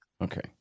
okay